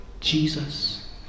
Jesus